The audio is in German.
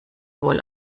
wohl